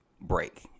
break